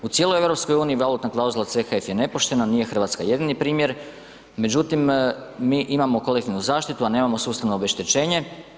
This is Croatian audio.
U cijeloj EU valutna klauzula CHF je nepoštena, nije Hrvatska jedini primjer, međutim mi imamo kolektivnu zaštitu a nemamo sustavno obeštećenje.